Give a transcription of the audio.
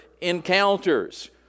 encounters